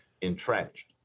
entrenched